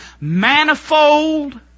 manifold